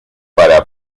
para